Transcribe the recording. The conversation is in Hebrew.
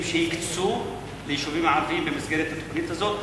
שיקצו ליישובים ערביים במסגרת התוכנית הזאת,